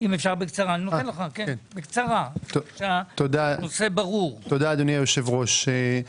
תודה אדוני היושב ראש.